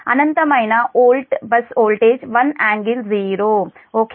అనంతమైన volt bus voltage 1∟0 okay